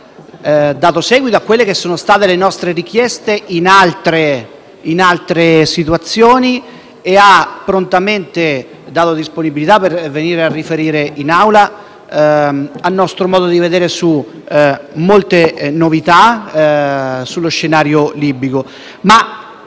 dato seguito a quelle che sono state le nostre richieste in altre situazioni e ha prontamente dato la sua disponibilità a venire a riferire in Aula, a nostro modo di vedere su molte novità dello scenario libico.